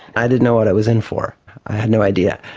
i didn't know what i was in for, i had no idea.